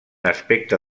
aspecte